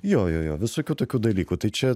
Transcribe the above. jo jo jo visokių tokių dalykų tai čia